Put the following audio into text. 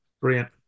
Brilliant